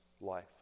life